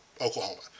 Oklahoma